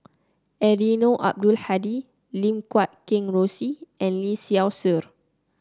Eddino Abdul Hadi Lim Guat Kheng Rosie and Lee Seow Ser